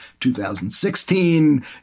2016